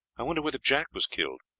i wonder whether jack was killed,